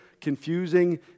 confusing